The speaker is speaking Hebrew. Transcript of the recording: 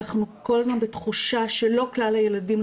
אנחנו כל הזמן בתחושה שלא כלל הילדים,